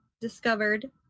discovered